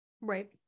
Right